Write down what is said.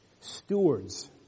stewards